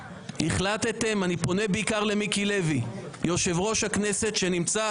אני פונה בעיקר למיקי לוי, יושב-ראש הכנסת שנמצא